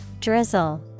drizzle